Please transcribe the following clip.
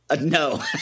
No